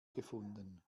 gefunden